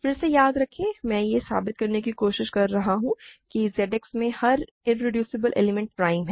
फिर से याद रखें मैं यह साबित करने की कोशिश कर रहा हूं कि Z X में हर इरेड्यूसीबल एलिमेंट प्राइम है